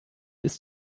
ist